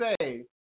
say